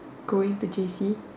going to J_C